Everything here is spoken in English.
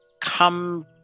come